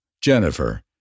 Jennifer